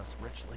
richly